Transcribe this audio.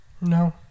No